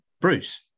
bruce